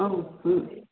ಹಾಂ ಹ್ಞೂ